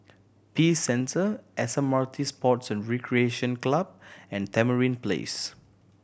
Peace Center S M R T Sports and Recreation Club and Tamarind Place